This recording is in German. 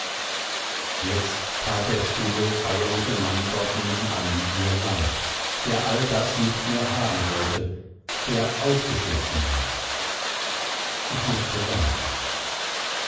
jetzt tat der stille feierliche mann dort nebenan mir leid der all das nicht mehr haben sollte der ausgeschlossen war ich mußte weinen